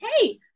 hey-